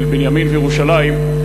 אל בנימין וירושלים.